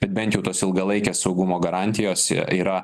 bet bent jau tos ilgalaikės saugumo garantijos yra